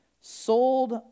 sold